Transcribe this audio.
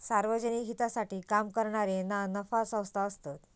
सार्वजनिक हितासाठी काम करणारे ना नफा संस्था असतत